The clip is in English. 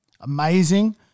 Amazing